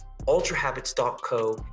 ultrahabits.co